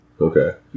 Okay